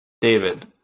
David